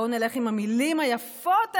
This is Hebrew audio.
בואו נלך עם המילים היפות האלה,